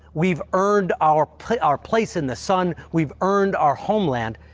we've earned our put our place in the sun. we've earned our homeland.